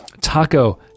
Taco